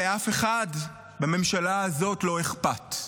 והבעיה היא שלאף אחד בממשלה הזאת לא אכפת,